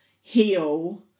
heal